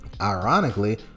Ironically